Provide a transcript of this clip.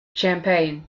champagne